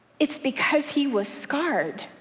it's because he was scarred